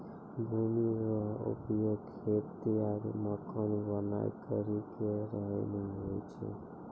भूमि रो उपयोग खेती मे आरु मकान बनाय करि के रहै मे हुवै छै